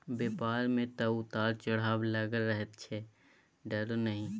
बेपार मे तँ उतार चढ़ाव लागलै रहैत छै डरु नहि